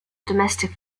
domestic